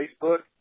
Facebook